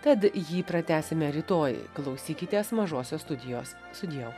tad jį pratęsime rytoj klausykitės mažosios studijos sudieu